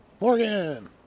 Morgan